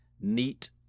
neat